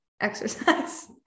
exercise